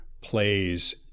plays